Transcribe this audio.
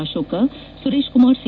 Ashok Suresh Kumar C